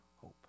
hope